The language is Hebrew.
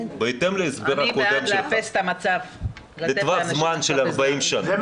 בהתאם להסבר הקודם שלך בטווח זמן של 40 שנה --- אני בעד לאפס את המצב,